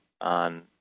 on